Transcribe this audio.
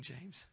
James